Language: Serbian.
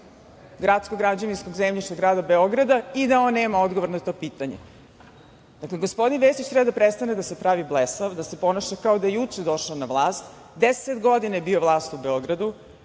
gradskog građevinskog zemljišta grada Beograda i da on nema odgovor na to pitanje. Gospodin Vesić treba da prestane da se pravi blesav i da se ponaša kao da je juče došao na vlast. U Beogradu je 10 godina bio vlast, 2013.